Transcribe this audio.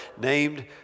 named